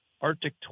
Arctic